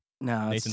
No